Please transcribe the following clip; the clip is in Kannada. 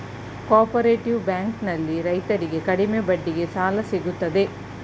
ಕೋಪರೇಟಿವ್ ಬ್ಯಾಂಕ್ ನಲ್ಲಿ ರೈತರಿಗೆ ಕಡಿಮೆ ಬಡ್ಡಿಗೆ ಸಾಲ ಸಿಗುತ್ತದೆ